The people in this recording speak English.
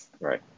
Right